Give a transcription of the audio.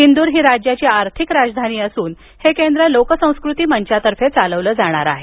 इंदोर ही राज्याची आर्थिक राजधानी असून हे केंद्र लोक संस्कृती मंघातर्फे चालविलं जाणार आहे